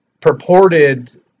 Purported